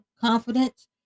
confidence